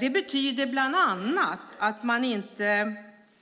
Det betyder bland annat att man inte